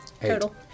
total